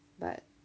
but